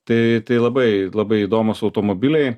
tai tai labai labai įdomūs automobiliai